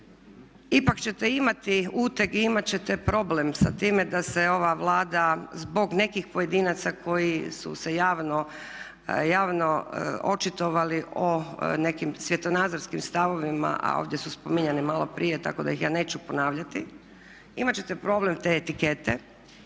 ipak ćete imati uteg i imat ćete problem sa time da se ova Vlada zbog nekih pojedinaca koji su se javno očitovali o nekim svjetonazorskim stavovima, a ovdje su spominjani malo prije tako da ih ja neću ponavljati. Imat ćete problem te etikete,